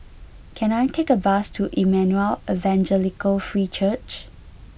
can I take a bus to Emmanuel Evangelical Free Church